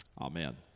amen